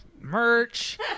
merch